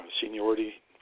seniority